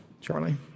charlie